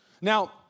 Now